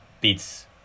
beats